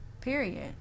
period